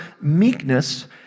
meekness